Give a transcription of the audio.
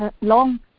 long